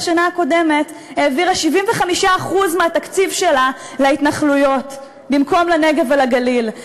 בשנה הקודמת העבירה 75% מהתקציב שלה להתנחלויות במקום לנגב ולגליל,